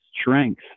strength